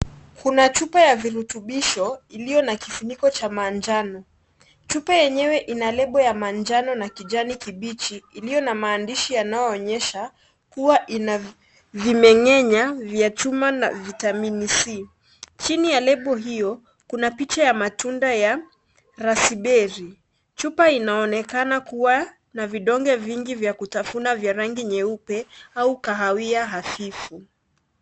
Kuna chupa ya virutubisho iliyo na kifuniko cha manjano. Chupa yenyewe ina lepo ya manjano na kijani kibichi, iliyo na maandishi yanayoonyesha kuwa ina vimenyenya vya chuma na vitamini c. Chini ya lebo hiyo kuna picha ya matunda ya rasiberi. Chupa inaonekana kuwa na vidonge vingi vya kutafuna vya rangi nyeupe au kahawia hafifu.